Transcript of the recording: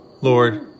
Lord